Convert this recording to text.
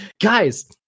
guys